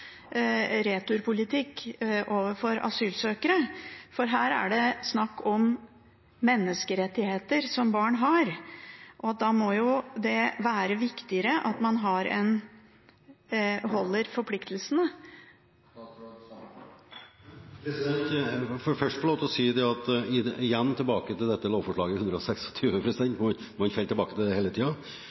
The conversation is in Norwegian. returpolitikk overfor asylsøkere. For her er det snakk om menneskerettigheter som barn har. Da må det jo være viktigere at man overholder forpliktelsene. Igjen tilbake til lovforslaget – Prop. 126 L – som man hele tiden kommer tilbake til. Der er det